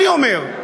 אני אומר,